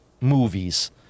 movies